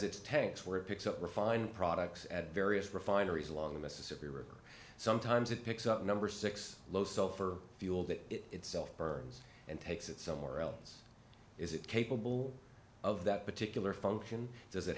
its tanks where it picks up refine products at various refineries along the mississippi river sometimes it picks up a number six low sulphur fuel that it itself burns and takes it somewhere else is it capable of that particular function does it